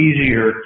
easier